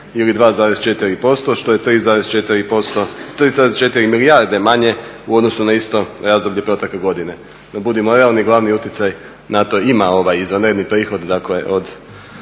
ili 2,4% što je 3,4 milijarde manje u odnosu na isto razdoblje protekle godine. No budimo realni, glavni utjecaj na to ima ovaj izvanredni prihod od